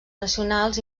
nacionals